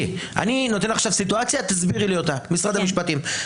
אני נותן מצב, תסבירי לי אותו, משרד המשפטים.